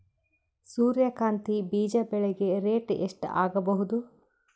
ಸೂರ್ಯ ಕಾಂತಿ ಬೀಜ ಬೆಳಿಗೆ ರೇಟ್ ಎಷ್ಟ ಆಗಬಹುದು?